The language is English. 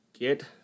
Get